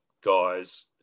guys